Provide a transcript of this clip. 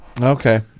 okay